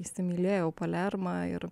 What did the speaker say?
įsimylėjau palermą ir